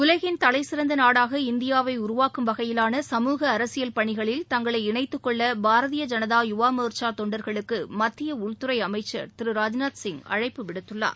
உலகின் தலைசிறந்த நாடாக இந்தியாவை உருவாக்கும் வகையிலான சமூக அரசியல் பணிகளில் தங்களை இணைத்து கொள்ள பாரதீய ஜனதா யுவா மோர்ச்சா தொண்டர்களுக்கு மத்திய உள்துறை அமைச்சர் திரு ராஜ்நாத் சிங் அழைப்பு விடுத்துள்ளார்